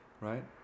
right